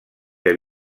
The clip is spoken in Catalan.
que